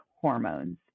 hormones